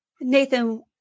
Nathan